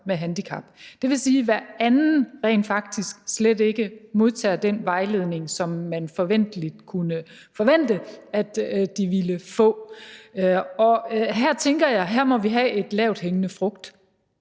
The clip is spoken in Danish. med handicap. Det vil sige, at hver anden rent faktisk slet ikke modtager den vejledning, som man kunne forvente at de ville få. Her tænker jeg, at vi må have en lavthængende frugt.